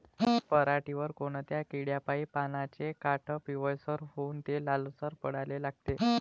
पऱ्हाटीवर कोनत्या किड्यापाई पानाचे काठं पिवळसर होऊन ते लालसर पडाले लागते?